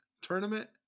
tournament